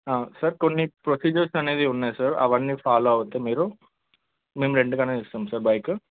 sir కొన్ని procedures అనేవి ఉన్నాయి సార్ అవన్నీ ఫాలో అయితే మీరు మేము రెంట్కి అనేది ఇస్తాము సార్ బైకు